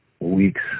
weeks